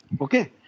Okay